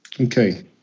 Okay